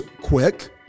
quick